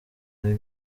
hari